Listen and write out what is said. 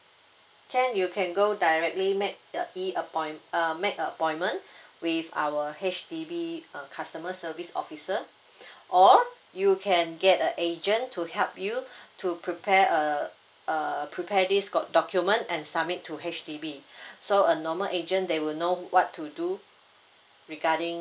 can you can go directly make a E appoint uh make appointment with our H_D_B uh customer service officer or you can get a agent to help you to prepare a err prepare this got document and submit to H_D_B so a normal agent they will know what to do regarding